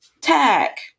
tech